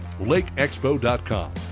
LakeExpo.com